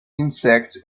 insects